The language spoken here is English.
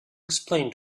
explain